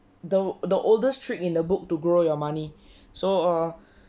though the oldest trick in the book to grow your money so err